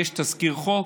יש תזכיר חוק,